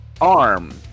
arm